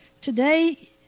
Today